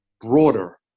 broader